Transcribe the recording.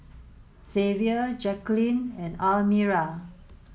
Xavier Jaqueline and Almira